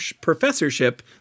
Professorship